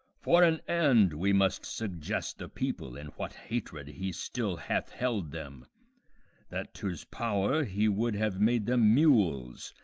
for an end, we must suggest the people in what hatred he still hath held them that to's power he would have made them mules,